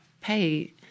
pay